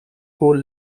whole